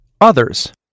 Others